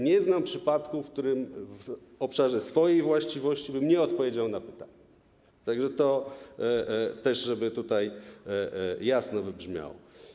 Nie znam przypadku, w którym w obszarze swojej właściwości bym nie odpowiedział na pytanie, żeby to też tutaj jasno wybrzmiało.